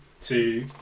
two